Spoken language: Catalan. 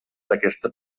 d’aquesta